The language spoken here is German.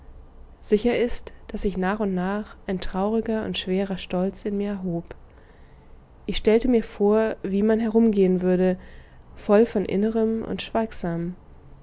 sicher ist daß sich nach und nach ein trauriger und schwerer stolz in mir erhob ich stellte mir vor wie man herumgehen würde voll von innerem und schweigsam